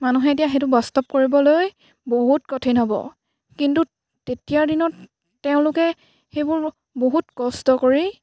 মানুহে এতিয়া সেইটো বাস্তৱ কৰিবলৈ বহুত কঠিন হ'ব কিন্তু তেতিয়াৰ দিনত তেওঁলোকে সেইবোৰ বহুত কষ্ট কৰি